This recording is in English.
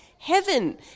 heaven